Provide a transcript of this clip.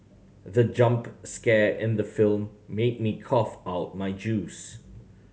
the jump scare in the film made me cough out my juice